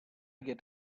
get